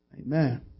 Amen